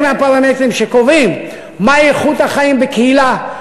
מהפרמטרים שקובעים מהי איכות החיים בקהילה,